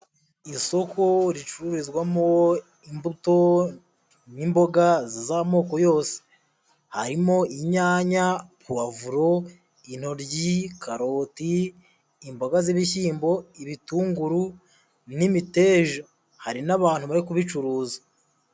Isoko ricururizwamo imbuto n'imboga z'amoko yose. Harimo: inyanya, puwavuro, intoryi, karoti, imboga z'ibishyimbo, ibitunguru n'imiteja. Hari n'abantu bari kubicuruza.